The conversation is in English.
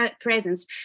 presence